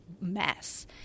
mess